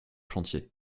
chantiers